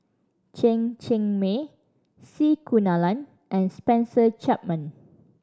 Chen Cheng Mei C Kunalan and Spencer Chapman